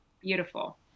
Beautiful